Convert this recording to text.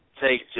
take